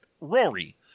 rory